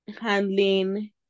handling